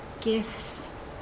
gifts